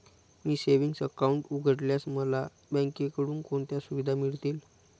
मी savings account उघडल्यास मला बँकेकडून कोणत्या सुविधा मिळतील?